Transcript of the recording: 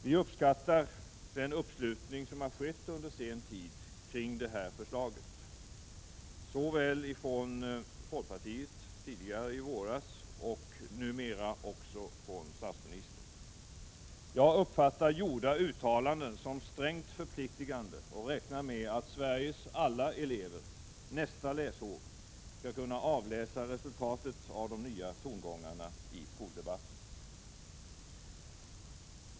Vi uppskattar den uppslutning som har skett under senare tid kring det här förslaget, såväl från folkpartiet i våras som numera också från statsministern. Jag uppfattar gjorda uttalanden som strängt förpliktande och räknar med att Sveriges alla elever nästa läsår skall kunna avläsa resultatet av de nya tongångarna i skoldebatten.